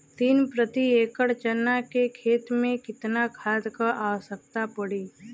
तीन प्रति एकड़ चना के खेत मे कितना खाद क आवश्यकता पड़ी?